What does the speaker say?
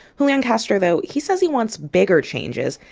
julian castro, though he says he wants bigger changes,